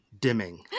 dimming